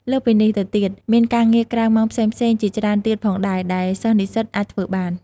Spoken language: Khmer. លើសពីនេះទៅទៀត មានការងារក្រៅម៉ោងផ្សេងៗជាច្រើនទៀតផងដែរ ដែលសិស្សនិស្សិតអាចធ្វើបាន។